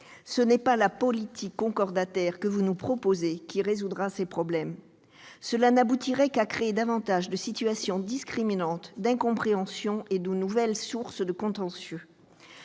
ce n'est pas la politique concordataire que vous nous proposez qui les résoudra. Elle n'aboutirait qu'à créer davantage de situations discriminantes, d'incompréhensions et de sources de contentieux.